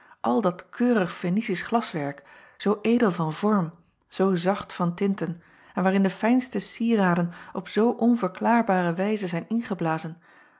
al dat keurig enicisch glaswerk zoo edel van vorm zoo zacht van tinten en waarin de fijnste cieraden op zoo onverklaarbare wijze zijn ingeblazen